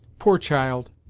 poor child!